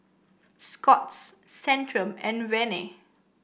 Scott's Centrum and Rene